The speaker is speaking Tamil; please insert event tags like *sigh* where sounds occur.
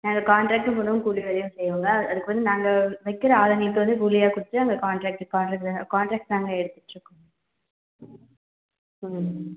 நாங்கள் கான்ட்ரெக்ட்டும் பண்ணுவோம் கூலி வேலையும் செய்வோங்க அது அதுக்கு வந்து நாங்கள் வெக்கிற ஆளுங்களுக்கு வந்து கூலியாக கொடுத்துட்டு அங்கே கான்ட்ரெக்ட் கான்ட்ரெக்ட் கான்ட்ரெக்ட் நாங்கள் எடுத்துகிட்ருக்கோம் *unintelligible*